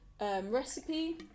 recipe